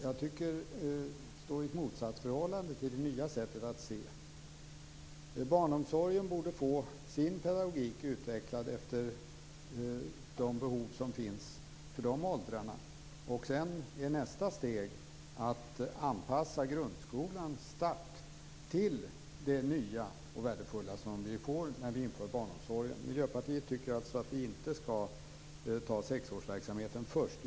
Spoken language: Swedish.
Jag tycker att detta står i ett motsatsförhållande till det nya sättet att se på skolan. Barnomsorgen borde få sin pedagogik, utvecklad efter de behov som finns för de åldrarna. Nästa steg är att anpassa grundskolans start till det nya och värdefulla som vi får när vi inför barnomsorgsklasser. Miljöpartiet tycker alltså inte att vi skall ta sexårsverksamheten först.